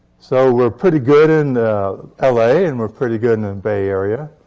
so we're pretty good in l a, and we're pretty good in the and bay area.